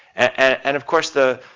and, of course, the,